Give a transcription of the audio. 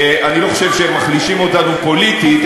אני לא חושב שהם מחלישים אותנו פוליטית,